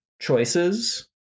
choices